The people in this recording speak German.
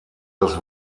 das